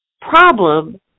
problem